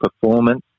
performance